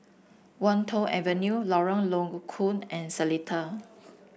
Wan Tho Avenue Lorong Low Koon and Seletar